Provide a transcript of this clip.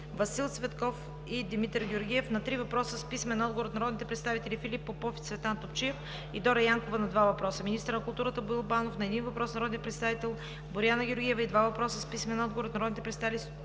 Васил Цветков; и Димитър Георгиев; и на три въпроса с писмен отговор от народните представители Филип Попов и Цветан Топчиев; и Дора Янкова – два въпроса; - министърът на културата Боил Банов – на един въпрос от народния представител Боряна Георгиева; и на два въпроса с писмен отговор от народните представители